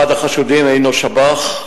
אחד החשודים הינו שב"ח,